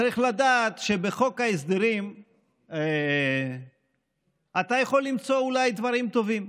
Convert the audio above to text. צריך לדעת שבחוק ההסדרים אתה יכול למצוא אולי דברים טובים,